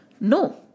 No